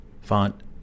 font